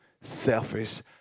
selfish